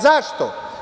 Zašto?